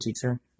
teacher